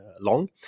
Long